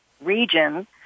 region